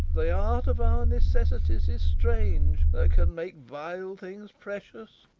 the art of our necessities is strange, that can make vile things precious.